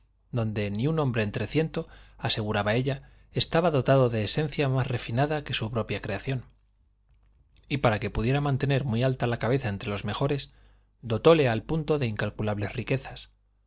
donde ni un hombre entre ciento aseguraba ella estaba dotado de esencia más refinada que su propia creación y para que pudiera mantener muy alta la cabeza entre los mejores dotóle al punto de incalculables riquezas